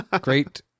Great